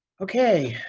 okay.